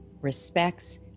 respects